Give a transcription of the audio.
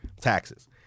taxes